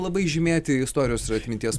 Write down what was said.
labai žymėti istorijos ir atminties